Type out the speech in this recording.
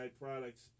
products